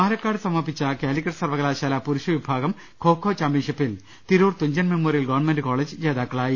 പാലക്കാട് സമാപിച്ച കാലിക്കറ്റ് സർവകലാശാല പുരുഷ വിഭാഗം ഖൊഖൊ ചാംപ്യൻഷിപ്പിൽ Tirur Thunchan memorial government college ജേതാ ക്കളായി